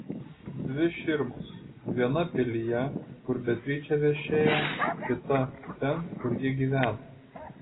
dvi širmos viena pilyje kur beatričė viešėjo kita ten kur ji gyveno